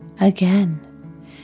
Again